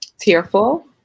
Tearful